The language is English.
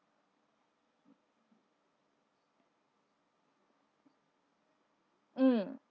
mm